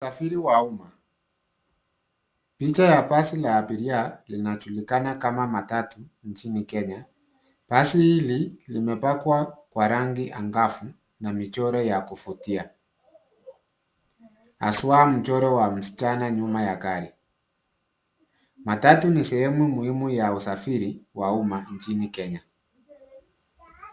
Usafiri wa umma. Picha ya basi la abiria linajulikana kama matatu nchini Kenya. Basi hili limepakwa kwa rangi angavu na michoro ya kuvutia, haswaa, mchoro wa msichana nyuma ya gari. Matatu ni sehemu muhimu ya usafiri wa umma nchini Kenya.